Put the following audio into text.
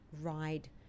ride